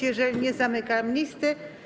Jeżeli nie, zamykam listę.